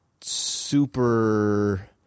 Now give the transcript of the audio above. super